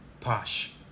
Posh